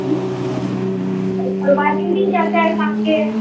ओकर वारण्टी यऽ चारि सालके